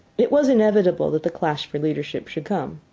it was inevitable that the clash for leadership should come.